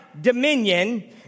dominion